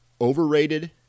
overrated